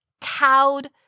cowed